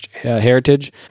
heritage